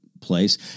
place